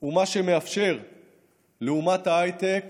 הוא מה שמאפשר לאומת ההייטק